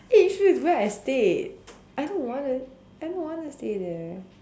eh Yishun is where I stayed I don't wanna I don't wanna stay there